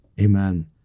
Amen